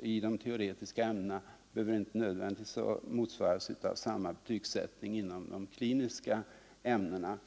i de teoretiska ämnena behöver inte nödvändigtvis motsvaras av samma betygsättning inom de kliniska ämnena.